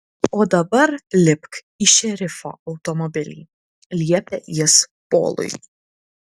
o dabar lipk į šerifo automobilį liepė jis polui